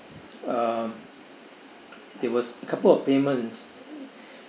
uh it was a couple of payments